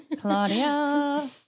Claudia